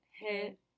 hit